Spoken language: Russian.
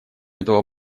этого